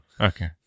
Okay